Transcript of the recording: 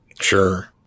Sure